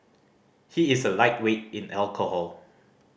he is a lightweight in alcohol